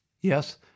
yes